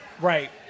Right